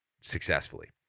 successfully